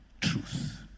truth